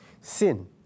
Sin